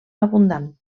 abundant